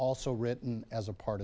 also written as a part